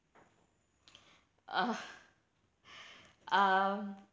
uh